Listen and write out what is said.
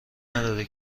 نداره